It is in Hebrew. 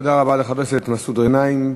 תודה לחבר הכנסת מסעוד גנאים,